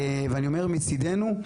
ואני אומר מצידנו,